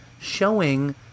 showing